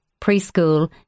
preschool